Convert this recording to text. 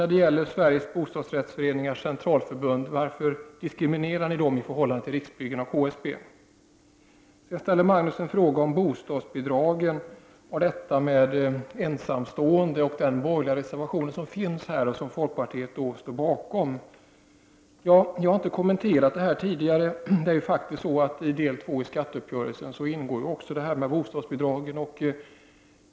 Magnus Persson ställde en fråga om bostadsbidragen och de ensamstående med anledning av en reservation som folkpartiet har fogat till betänkandet. Jag har inte kommenterat detta tidigare. Men i del 2 av skatteuppgörelsen ingår även bostadsbidragen.